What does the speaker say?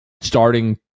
starting